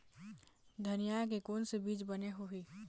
धनिया के कोन से बीज बने होही?